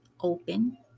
open